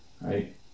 right